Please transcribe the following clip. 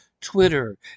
Twitter